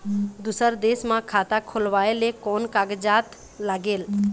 दूसर देश मा खाता खोलवाए ले कोन कागजात लागेल?